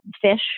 fish